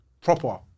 Proper